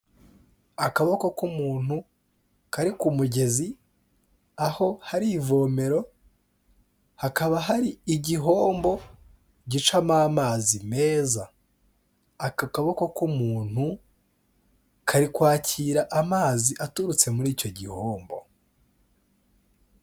Akaboko k'umuntu kari ku mugezi aho hari ivomero, hakaba hari igihombo gicamo amazi meza, aka kaboko k'umuntu kari kwakira amazi aturutse muri icyo gihombo.